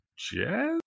Jazz